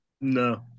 No